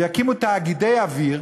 ויקימו תאגידי אוויר,